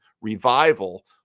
revival